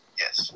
yes